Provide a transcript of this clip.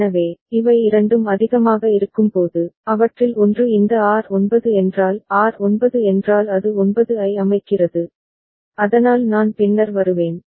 எனவே இவை இரண்டும் அதிகமாக இருக்கும்போது அவற்றில் ஒன்று இந்த R9 என்றால் R9 என்றால் அது 9 ஐ அமைக்கிறது அதனால் நான் பின்னர் வருவேன்